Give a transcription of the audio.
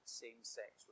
same-sex